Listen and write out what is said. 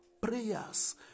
prayers